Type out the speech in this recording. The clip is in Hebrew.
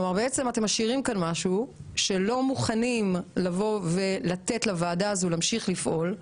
כי אתם לא מוכנים לתת לוועדה הזאת להמשיך לפעול,